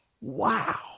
Wow